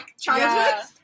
childhood